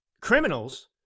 criminals